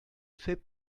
fait